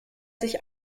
sich